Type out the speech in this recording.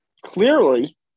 Clearly